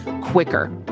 quicker